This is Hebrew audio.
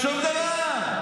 שום דבר,